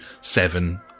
seven